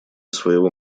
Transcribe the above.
своего